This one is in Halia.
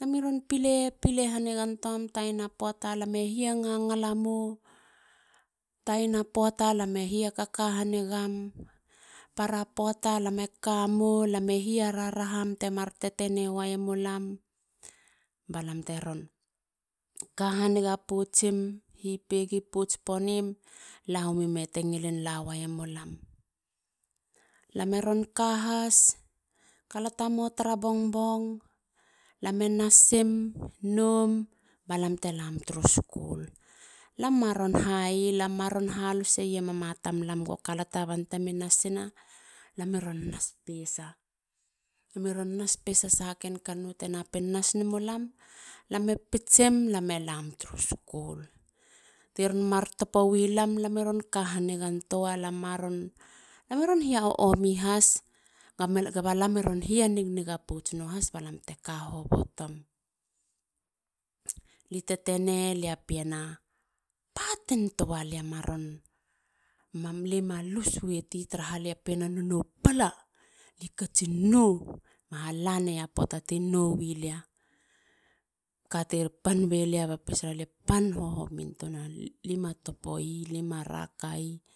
lame ron pile. pile ha nigantuam. tayina puata lame hia kaka hanigam. para ouata lame kamo lame hia raraham temar tetene wayemulam. balam teron ka haniga potsim. hipegi pots ponim. lawemi. me te ngilin la weyemu lam. Lame ron ka has. kalata motor bongbong lame nasim. noum balam te lam turu skul. lam maron. hayi. haloseyi e mama mama tamlam go kalata bante mi nasina. lame ron nas pesa saha ken kan- nou te napin nas nemulam. lame pitsim. lame lam turu skul. Tiron ma topowi lam. lami ron ka hanigantua. lam maron. lame ron hia omi has goba lami ron hia niganiga potsnua has ba lam te kahobotom. li tetene. lia pien ah patin tua. mam li maron lus weit yi. taraha lia pien a nono pala. li katsin nou. li maron halaneya puata tinowi lia. kati pan belia. ba pesaralia pan hohomin. tuanalima topoyi. lima raka yi.